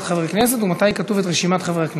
חברי הכנסת ומתי כתובה רשימת חברי הכנסת.